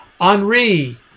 Henri